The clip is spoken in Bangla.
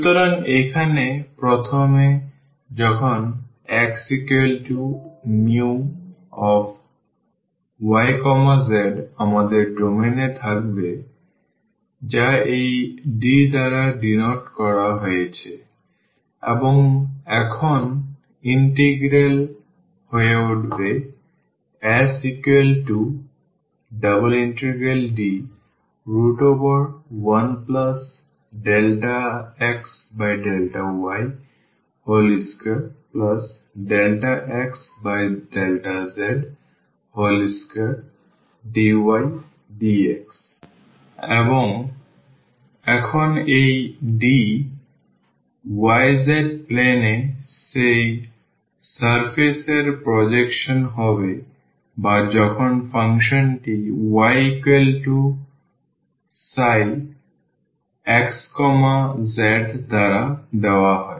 সুতরাং এখানে প্রথমে যখন xμyz আমাদের ডোমেন এ থাকবে যা এই D দ্বারা ডিনোট করা হয়েছে এবং এখন ইন্টিগ্রাল হয়ে উঠবে S∬D1∂x∂y2∂x∂z2dydz এবং এখন এই D y z plane এ সেই সারফেস এর প্রজেকশন হবে বা যখন ফাংশনটি yψxz দ্বারা দেওয়া হয়